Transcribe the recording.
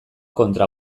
kontra